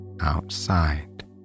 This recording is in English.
outside